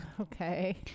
okay